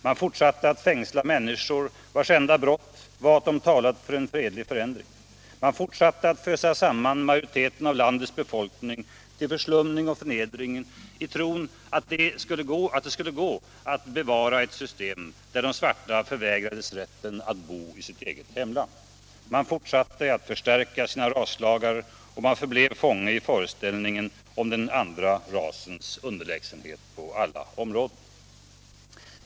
Man fortsatte att fängsla människor, vars enda brott var att de talat för en fredlig förändring. Man fortsatte att fösa samman majoriteten av landets befolkning till förslumning och förnedring i tron att det skulle gå att bevara ett system där de svarta förvägrades rätten att bo i sitt eget hemland. Man fortsatte att förstärka bålverket av raslagar och man förblev fånge i den egna föreställningen om den andra rasens underlägsenhet på alla områden.